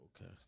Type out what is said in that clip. Okay